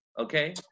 okay